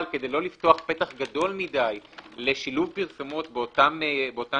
אבל כדי לא לפתוח פתח גדול מדי לשילוב פרסומות באותן יצירות,